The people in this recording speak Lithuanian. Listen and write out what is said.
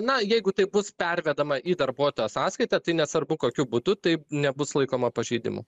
na jeigu tai bus pervedama į darbuotojo sąskaitą tai nesvarbu kokiu būdu tai nebus laikoma pažeidimu